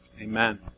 amen